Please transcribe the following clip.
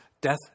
Death